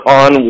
on